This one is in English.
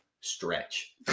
Stretch